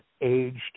aged